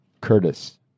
Curtis